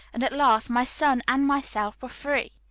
and at last my son and myself were free.